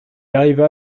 arriva